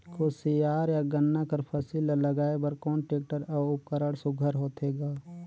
कोशियार या गन्ना कर फसल ल लगाय बर कोन टेक्टर अउ उपकरण सुघ्घर होथे ग?